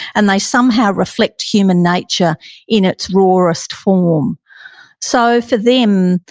and they some how reflect human nature in its rawest form so for them,